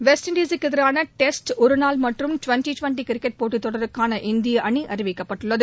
வெஸ்ட்இண்டீஸுக்கு எதிரான டெஸ்ட் ஒருநாள் மற்றும் டிவெண்டி டிவெண்டி கிரிக்கெட் போட்டித் தொடருக்கான இந்திய அணி அறிவிக்கப்பட்டுள்ளது